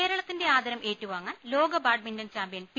കേരളത്തിന്റെ ആദരം ഏറ്റുവാങ്ങാൻ ലോക ബാഡ്മിന്റൺ ചാമ്പ്യൻ പി